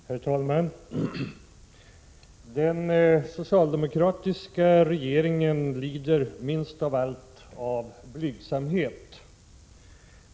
Herr talman! Den socialdemokratiska regeringen lider minst av allt av blygsamhet.